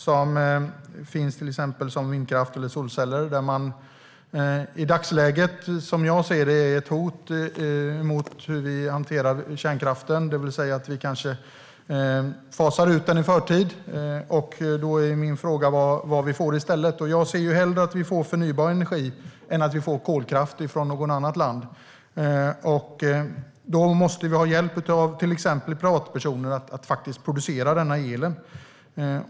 Det finns till exempel som vindkraft eller solceller, där man i dagsläget - som jag ser det - är ett hot mot hur vi hanterar kärnkraften, det vill säga att vi kanske fasar ut den i förtid. Då är min fråga vad vi får i stället. Jag ser hellre att vi får förnybar energi än att vi får kolkraft från något annat land, och då måste vi ha hjälp av till exempel privatpersoner att faktiskt producera denna el.